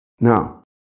now